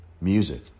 music